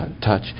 touch